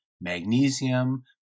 magnesium